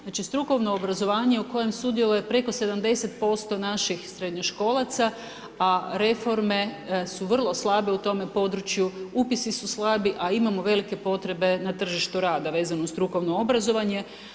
Znači strukovno obrazovanje u kojem sudjeluje preko 70% naših srednjoškolaca, a reforme su vrlo slabe u tome području, upisi su slabi a imamo velike potrebe na tržištu rada vezano uz strukovno obrazovanje.